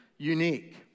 unique